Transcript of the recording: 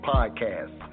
Podcast